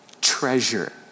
Treasure